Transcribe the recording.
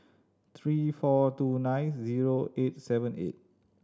three four two nine zero eight seven eight